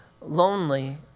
lonely